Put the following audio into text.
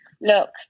look